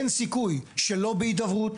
אין סיכוי שלא בהידברות,